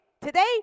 today